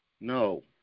No